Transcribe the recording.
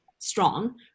strong